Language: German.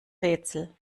rätsel